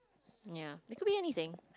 ya it could be anything